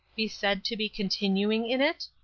be said to be continuing in it?